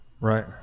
right